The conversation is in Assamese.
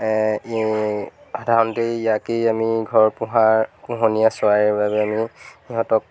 সাধাৰণতে ইয়াকেই আমি ঘৰত পোহা পোহনীয়া চৰাইৰ বাবে আমি সিহঁতক